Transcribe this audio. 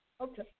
Okay